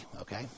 okay